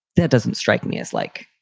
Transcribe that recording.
that doesn't strike me as like,